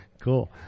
Cool